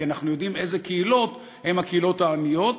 כי אנחנו יודעים איזה קהילות הן הקהילות העניות,